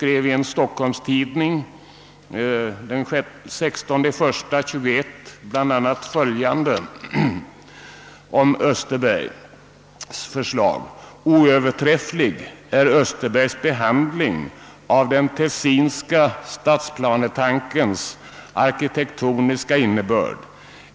Bååth i en stockholmstidning den 16 januari 1921 skrev bland annat följande om Östbergs förslag: »Oöverträfflig är Östbergs behandling av den Tessinska stadsplanetankens arkitektoniska innebörd.